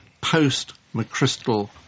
post-McChrystal